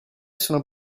sono